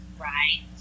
Right